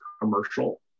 commercial